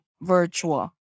virtual